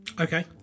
Okay